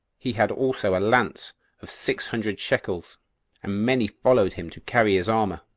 he had also a lance of six hundred shekels and many followed him to carry his armor.